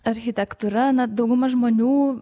architektūra na dauguma žmonių